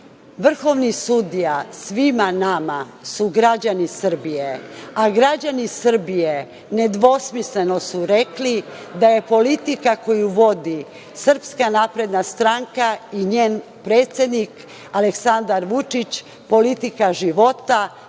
Vučića. Vrhovni sudija svima nama su građani Srbije. Građani Srbije su nedvosmisleno rekli da politika koju vodi Srpska napredna stranka i njen predsednik, Aleksandar Vučić, politika života,